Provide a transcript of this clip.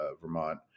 Vermont